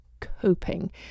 coping